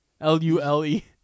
l-u-l-e